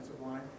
line